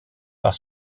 par